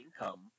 income